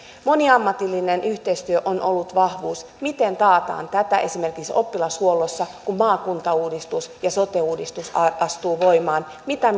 moniammatillinen yhteistyö on ollut vahvuus miten tämä taataan esimerkiksi oppilashuollossa kun maakuntauudistus ja sote uudistus astuvat voimaan mitä